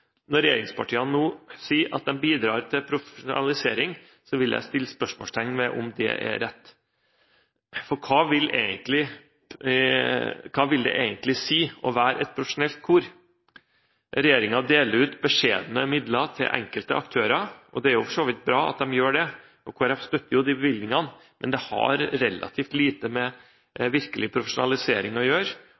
Når regjeringspartiene nå sier at de bidrar til profesjonalisering, vil jeg sette spørsmålstegn ved om det er rett. For hva vil det egentlig si å være et profesjonelt kor? Regjeringen deler ut beskjedne midler til enkelte aktører. Det er for så vidt bra at de gjør det, og Kristelig Folkeparti støtter de bevilgningene, men det har relativt lite med virkelig profesjonalisering å gjøre.